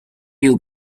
you